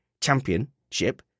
Championship